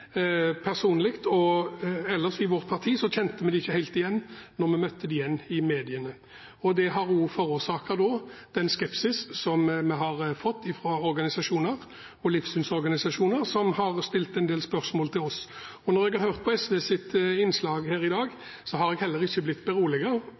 personlig og ellers i vårt parti kjente vi det ikke helt igjen da vi møtte det i mediene, og det har da forårsaket den skepsis vi har fått fra organisasjoner og livssynsorganisasjoner som har stilt en del spørsmål til oss. Etter å ha hørt SVs innslag her i